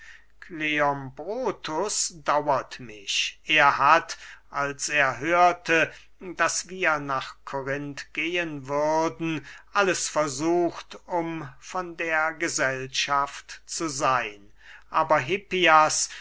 kleombrotus dauert mich er hat als er hörte daß wir nach korinth gehen würden alles versucht um von der gesellschaft zu seyn aber hippias